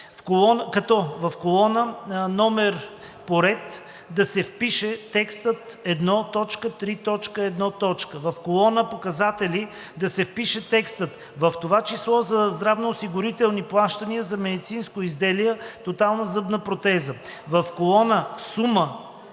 като: в колона „№ по ред“ да се впише текстът: 1.3.1.; в колона „Показатели“ да се впише текстът: „в т.ч. за здравноосигурителни плащания за медицинско изделие „тотална зъбна протеза“; в колона „Сума